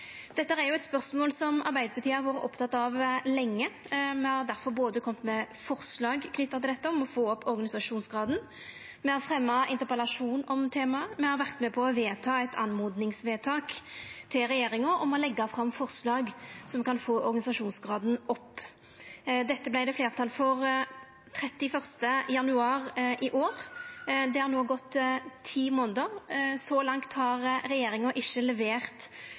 Dette er jo eit spørsmål som Arbeidarpartiet har vore oppteke av lenge. Me har difor både kome med forslag om å få opp organisasjonsgraden, fremja interpellasjon om temaet, og vore med på å vedta eit oppmodingsvedtak til regjeringa om å leggja fram forslag som kan få organisasjonsgraden opp. Dette vart det fleirtal for 31. januar i år. Det har no gått ti månader. Så langt har regjeringa ikkje levert